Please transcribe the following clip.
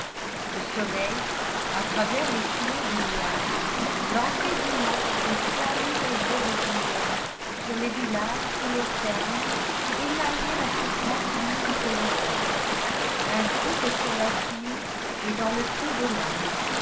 le soleil à travers les trouées des nuages lançait d'immenses et splendides jets de lumière sur les villages et les fermes qui émaillaient la surface unie du paysage ainsi que sur la cime et dans le creux des lames